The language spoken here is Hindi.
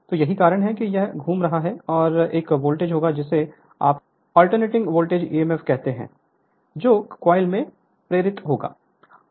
तो यही कारण है कि यह घूम रहा है और एक वोल्टेज होगा जिसे आप एक अल्टरनेटिंग वोल्टेज ईएमएफ कहते हैं जो कॉइल में प्रेरित होगा